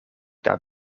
daar